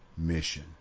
mission